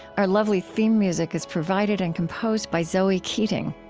our lovely theme music is provided and composed by zoe keating.